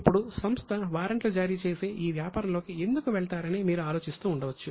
ఇప్పుడు సంస్థ వారెంట్లు జారీ చేసే ఈ వ్యాపారంలోకి ఎందుకు వెళ్తారని మీరు ఆలోచిస్తూ ఉండవచ్చు